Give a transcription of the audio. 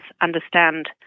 understand